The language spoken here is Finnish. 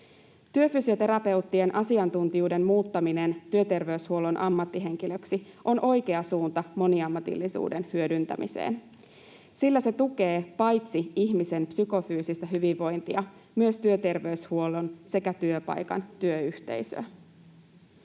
Työfysioterapeuttien asiantuntijuuden muuttaminen työterveyshuollon ammattihenkilöksi on oikea suunta moniammatillisuuden hyödyntämiseen, sillä se tukee paitsi ihmisen psykofyysistä hyvinvointia myös työterveyshuollon sekä työpaikan työyhteisöä.